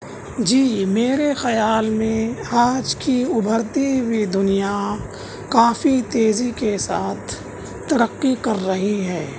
جی میرے خیال میں آج کی ابھرتی ہوئی دنیا کافی تیزی کے ساتھ ترقی کر رہی ہے